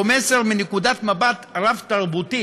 יש בזה מסר מנקודת מבט רב-תרבותית,